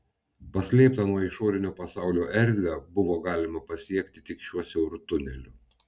paslėptą nuo išorinio pasaulio erdvę buvo galima pasiekti tik šiuo siauru tuneliu